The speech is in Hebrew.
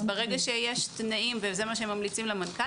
אז ברגע שיש תנאים וזה מה שהם ממליצים למנכ"ל,